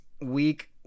week